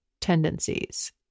tendencies